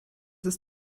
ist